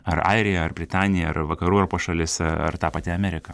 ar airija ar britanija ar vakarų europos šalis ar ta pati amerika